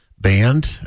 band